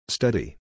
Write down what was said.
Study